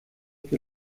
que